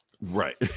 Right